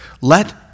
Let